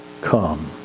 Come